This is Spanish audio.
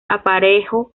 aparejo